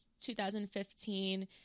2015